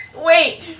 Wait